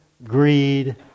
greed